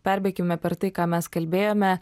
perbėkime per tai ką mes kalbėjome